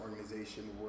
organization